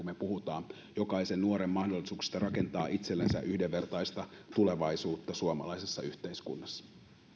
me puhumme jokaisen nuoren mahdollisuuksista rakentaa itsellensä yhdenvertaista tulevaisuutta suomalaisessa yhteiskunnassa